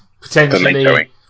Potentially